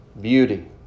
beauty